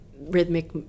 rhythmic